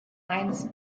eins